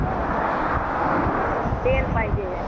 हां तेल पाहिजे